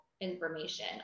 information